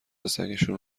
سگشون